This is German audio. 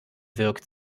wirkt